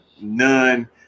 none